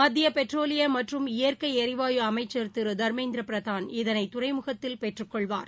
மத்திய பெட்ரோலிய மற்றம் இயற்கை எரிவாயு அமைச்சர் திரு தர்மேந்திர பிரதாள் இதனை துறைமுகத்தில் பெற்றுக் கொள்வார்